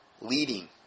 leading